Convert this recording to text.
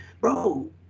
bro